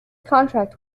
contract